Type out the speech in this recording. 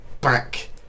back